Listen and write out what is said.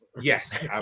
Yes